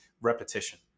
repetition